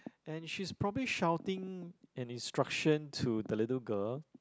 and she's probably shouting an instruction to the little girl